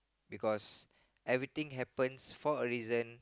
because everything happen for a reason